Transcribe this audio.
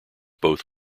both